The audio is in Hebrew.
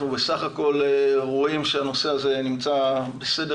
אנחנו בסך הכול רואים שהנושא הזה נמצא בסדר